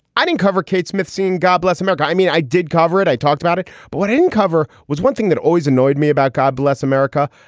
i didn't cover kate smith. god bless america. i mean, i did cover it. i talked about it. but what in cover was one thing that always annoyed me about god bless america.